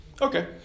Okay